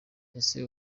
ese